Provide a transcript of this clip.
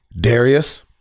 darius